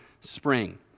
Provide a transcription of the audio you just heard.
Spring